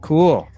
Cool